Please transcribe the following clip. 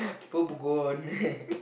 popcorn